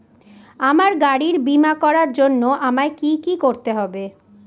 আমার গাড়ির বীমা করার জন্য আমায় কি কী করতে হবে?